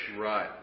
Right